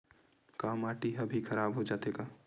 का माटी ह भी खराब हो जाथे का?